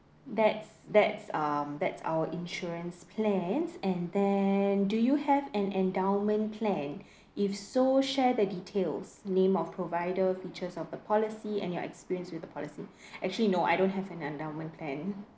that's that's um that's our insurance plans and then do you have an endowment plan if so share the details name of provider features of a policy and your experience with the policy actually no I don't have an endowment plan